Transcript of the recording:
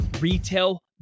retail